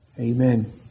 Amen